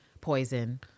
poison